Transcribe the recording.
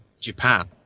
Japan